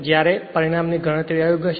જ્યારે પરિણામ ની ગણતરી અયોગ્ય હશે